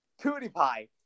PewDiePie